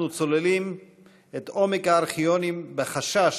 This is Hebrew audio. אנחנו צוללים את עומק הארכיונים בחשש,